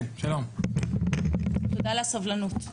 תודה על הסבלנות.